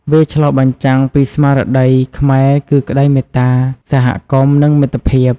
វាឆ្លុះបញ្ចាំងពីស្មារតីខ្មែរគឺក្តីមេត្តា សហគមន៍ និងមិត្តភាព។